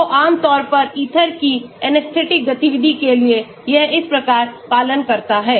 तो आम तौर पर ईथर की anesthetic गतिविधि के लिए यह इस प्रकार पालन करता है